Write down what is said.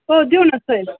हो देऊ न